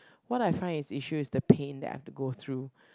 what I find is issue is the pain that I've to go through